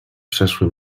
przeszły